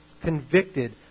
convicted